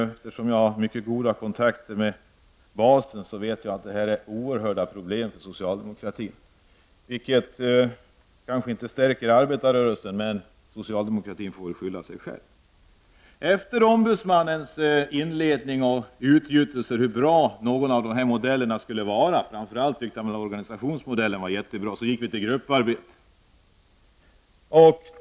Eftersom jag har mycket goda kontakter med basen vet jag att det här innebär oerhörda problem för socialdemokratin. Det stärker kanske inte arbetarrörelsen, men socialdemokratin får väl skylla sig själv. Efter ombudsmannens inledning och utgjutelser om hur bra dessa modeller var, framför allt organisationsmodellen, gick vi till grupparbete.